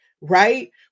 right